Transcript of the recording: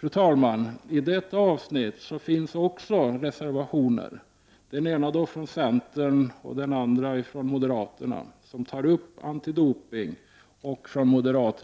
Beträffande detta avsnitt finns också reservationer. Den ena kommer från centern, som tar upp antidopning, och den andra från